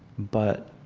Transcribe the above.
but